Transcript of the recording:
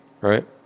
Right